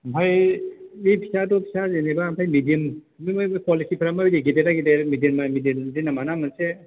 ओमफ्राय बे फिसायाथ' फिसा जेनेबा ओमफ्राय मिडियाम कुवालिथिफ्रा माबादि गेदेर बा गेदेर मिडिल बा मिडिल बिदि नामा ना मोनसे